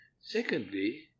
Secondly